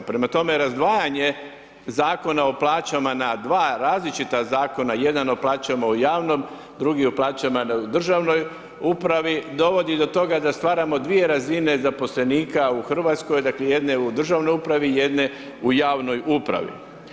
Prema tome, razdvajanje Zakona o plaćama na dva različita Zakona, jedan o plaćama u javnom, drugi o plaćama u državnoj upravi, dovodi do toga da stvaramo dvije razine zaposlenika u RH, dakle, jedne u državnoj upravi, jedne u javnoj upravi.